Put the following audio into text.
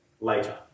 later